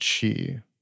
Chi